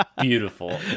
Beautiful